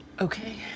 Okay